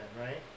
right